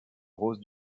rose